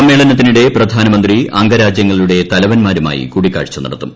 സമ്മേളനത്തിനിടെ പ്രധാനമന്ത്രി അംഗരാജ്യങ്ങളുടെ തലവൻമാരുമായി കൂടിക്കാഴ്ച നടത്തും